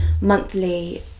monthly